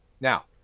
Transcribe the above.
Now